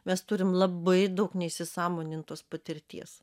mes turim labai daug neįsisąmonintos patirties